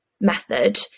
method